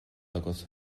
agat